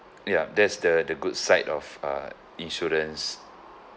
ya there's the the good side of uh insurance